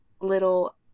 little